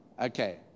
Okay